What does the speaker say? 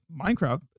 Minecraft